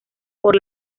por